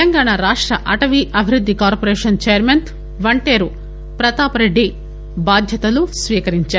తెలంగాణ రాష్ట్ర అటవీ అభివృద్ది కార్పొరేషన్ చైర్మన్ వంటేరు పతాపరెడ్డి బాధ్యతలు స్వీకరించారు